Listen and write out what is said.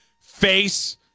face